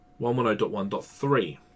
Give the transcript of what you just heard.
110.1.3